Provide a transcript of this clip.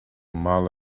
mile